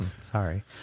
sorry